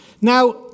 now